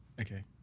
Okay